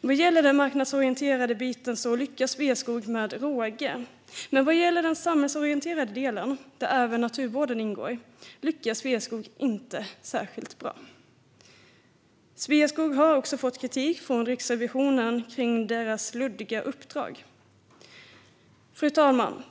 Vad gäller den marknadsorienterade biten lyckas Sveaskog med råge. Vad gäller den samhällsorienterade delen, där även naturvården ingår, lyckas Sveaskog dock inte särskilt bra. Sveaskog har också fått kritik från Riksrevisionen för sitt luddiga uppdrag. Fru talman!